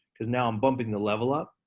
cause now i'm bumping the level up,